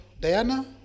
Diana